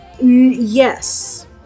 yes